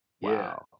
Wow